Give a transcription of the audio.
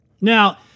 Now